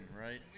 right